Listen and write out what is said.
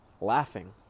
laughing